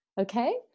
Okay